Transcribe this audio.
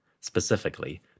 specifically